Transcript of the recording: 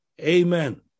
amen